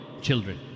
children